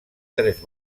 tres